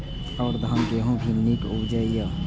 और धान गेहूँ भी निक उपजे ईय?